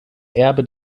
erbe